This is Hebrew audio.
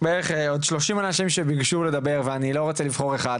עוד 30 אנשים שביקשו לדבר ואני לא רוצה לבחור אחד,